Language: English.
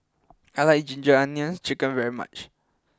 I like Ginger Onions Chicken very much